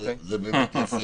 זה באמת יפה.